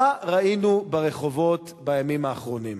מה ראינו ברחובות בימים האחרונים?